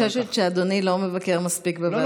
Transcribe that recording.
אני חוששת שאדוני לא מבקר מספיק בוועדה שלי.